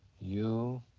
you